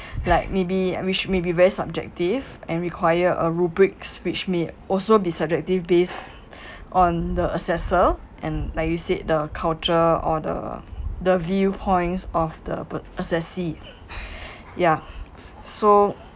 like maybe which may be very subjective and require a rubriks which may also be subjective based on the assessor and like you said the culture or the the viewpoints of the per~ assessee ya so